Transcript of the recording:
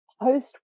post